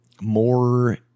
more